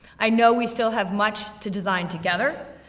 i know we still have much to design together,